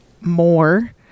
more